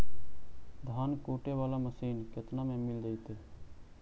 धान कुटे बाला मशीन केतना में मिल जइतै?